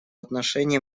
отношении